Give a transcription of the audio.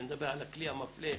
אני מדבר על הכלי המפלה,